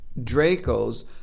Dracos